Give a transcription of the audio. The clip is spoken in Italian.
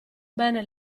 bene